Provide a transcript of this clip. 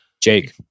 Jake